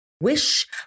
Wish